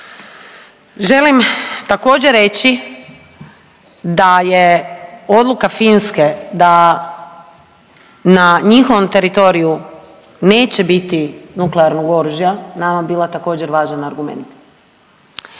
Želim također reći da je odluka Finske da na njihovom teritoriju neće biti nuklearnog oružja nama je bila također važan argument.